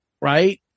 right